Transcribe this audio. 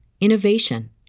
innovation